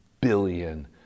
billion